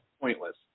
pointless